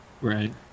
right